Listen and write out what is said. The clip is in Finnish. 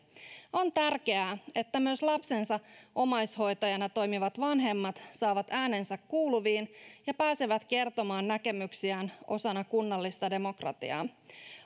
on tärkeää että myös lapsensa omaishoitajana toimivat vanhemmat saavat äänensä kuuluviin ja pääsevät kertomaan näkemyksiään osana kunnallista demokratiaa